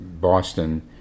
Boston